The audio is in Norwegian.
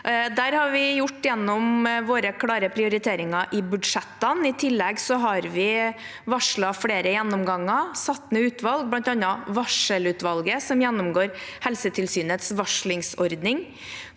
Det har vi gjort gjennom våre klare prioriteringer i budsjettene. I tillegg har vi varslet flere gjennomganger og satt ned utvalg, bl.a. varselutvalget, som gjennomgår Helsetilsynets varslingsordning.